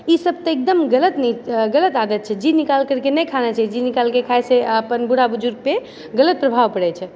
ईसब तऽ एकदम गलत गलत आदत छै जी निकाल करके नहि खाना चाही जी निकालके खाए से अपन बूढ़ा बुजुर्ग पे गलत प्रभाव पड़ैत छै